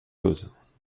cause